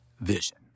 vision